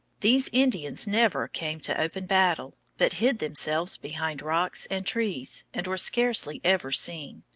these indians never came to open battle, but hid themselves behind rocks and trees, and were scarcely ever seen.